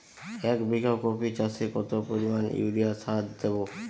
এক বিঘা কপি চাষে কত পরিমাণ ইউরিয়া সার দেবো?